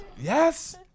Yes